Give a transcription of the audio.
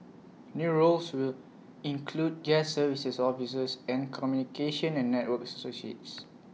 new roles will include guest services officers and communication and networks associates